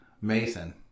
Mason